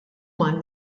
man